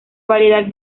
variedad